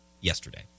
yesterday